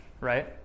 right